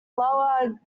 lower